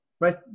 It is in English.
right